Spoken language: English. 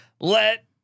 let